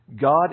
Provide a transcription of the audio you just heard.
God